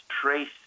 trace